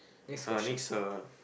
uh next uh